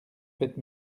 faites